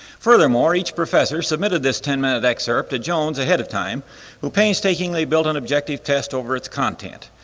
furthermore, each professor submitted this ten minute excerpt to jones ahead of time who painstakingly built an objective test over its content.